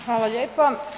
Hvala lijepa.